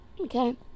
okay